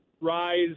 rise